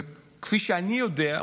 וכפי שאני יודע,